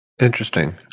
interesting